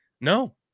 No